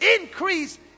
Increase